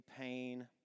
pain